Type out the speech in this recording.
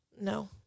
no